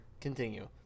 continue